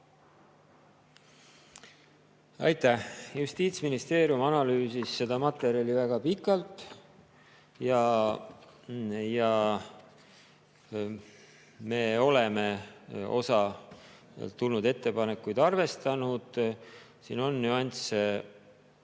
otsus. Justiitsministeerium analüüsis seda materjali väga pikalt ja me oleme osa tulnud ettepanekuid arvestanud. Siin on nüansse,